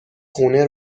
خونه